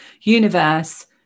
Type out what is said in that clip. universe